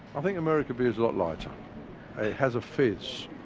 i think american beer is a lot lighter. it has a fizz.